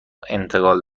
انتقال